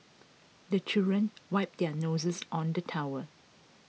the children wipe their noses on the towel